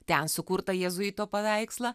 ten sukurtą jėzuito paveikslą